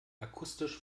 akustisch